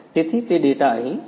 તેથી તે ડેટા અહીં છે